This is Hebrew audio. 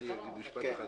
אני אגיד משפט אחד.